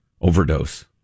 overdose